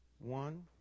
One